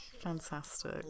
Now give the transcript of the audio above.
Fantastic